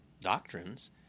doctrines